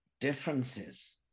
differences